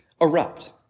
erupt